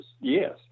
yes